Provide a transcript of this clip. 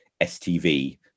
stv